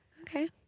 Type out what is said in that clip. Okay